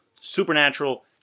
supernatural